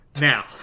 Now